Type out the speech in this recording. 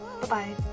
Bye-bye